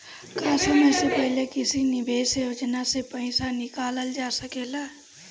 का समय से पहले किसी निवेश योजना से र्पइसा निकालल जा सकेला?